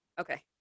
Okay